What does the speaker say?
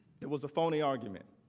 it was a phony argument.